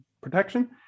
protection